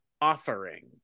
offering